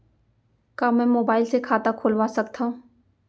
का मैं मोबाइल से खाता खोलवा सकथव?